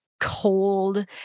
cold